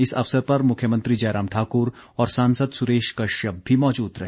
इस अवसर पर मुख्यमंत्री जयराम ठाकुर और सांसद सुरेश कश्यप भी मौजूद रहे